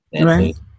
Right